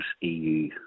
EU